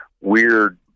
weird